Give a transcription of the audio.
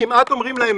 כמעט אומרים להם,